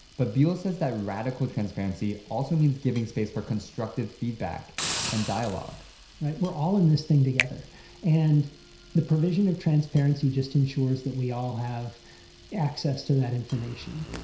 but buell says that radical transparency also means giving space for constructive feedback and dialogue right. we're all in this thing together and the provision of transparency just ensures that we all have access to that information.